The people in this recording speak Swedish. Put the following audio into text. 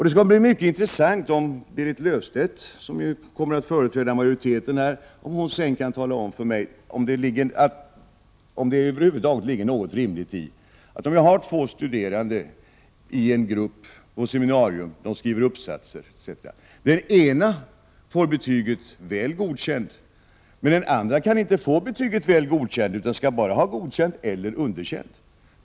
Det skall bli mycket intressant att höra om Berit Löfstedt, som här skall företräda majoriteten, kommer att kunna tala om för mig om det är rimligt att en av två studerande i en grupp i ett seminarium, där de skriver uppsatser etc., får betyget Väl godkänt, medan den andre inte kan få det betyget utan bara kan få Godkänt eller Underkänt.